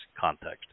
context